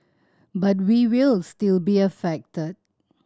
but we will still be affected